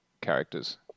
characters